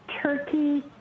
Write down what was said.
Turkey